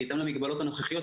בעידן המגבלות הנוכחיות,